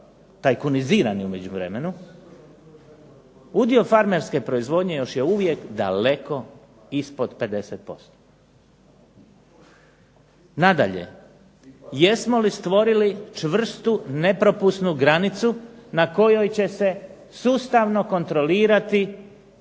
tajkunizirani u međuvremenu, udio farmerske proizvodnje još je uvijek daleko ispod 50%. Nadalje, jesmo li stvorili čvrstu nepropusnu granicu na kojoj će se sustavno kontrolirati